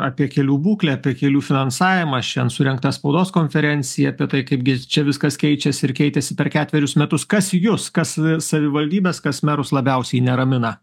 apie kelių būklę apie kelių finansavimą šian surengta spaudos konferencija apie tai kaipgi čia viskas keičiasi ir keitėsi per ketverius metus kas jus kas savivaldybes kas merus labiausiai neramina